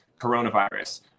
coronavirus